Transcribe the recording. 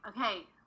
okay –